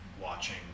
watching